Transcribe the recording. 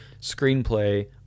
screenplay